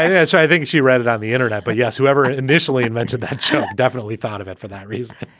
ah yeah so think she read it on the internet. but yes, whoever initially invented that show definitely thought of it for that reason. yeah,